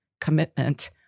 commitment